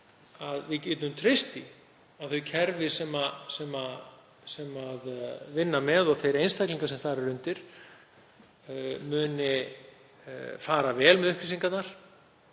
við getum treyst því að þau kerfi sem vinna með þessi mál og þeir einstaklingar sem þar eru undir muni fara vel með upplýsingarnar.